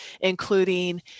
including